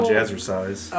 Jazzercise